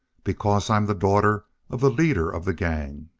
because i'm the daughter of the leader of the gang!